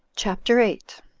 chapter eight.